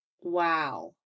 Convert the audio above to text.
wow